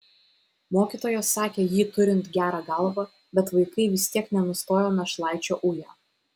mokytojas sakė jį turint gerą galvą bet vaikai vis tiek nenustojo našlaičio uję